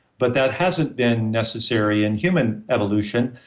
but that hasn't been necessary in human evolution.